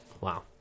Wow